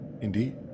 Indeed